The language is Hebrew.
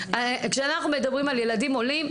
כשאנחנו מדברים על ילדים עולים,